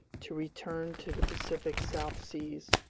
to return to the pacific south seas.